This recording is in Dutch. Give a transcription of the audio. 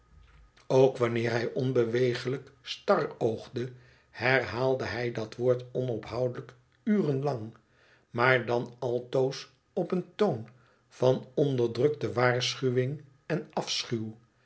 ook wanneer hij onbeweeglijk staroogde herhaalde hij dat woord onophoudelijk uren lang maar dan altoos op een toon van onderdrukte waarschuwing en